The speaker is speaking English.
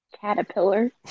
Caterpillar